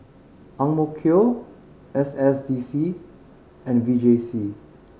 S S D C and V J C